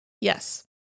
Yes